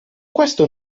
questo